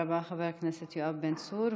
תודה רבה, חבר הכנסת יואב בן צור.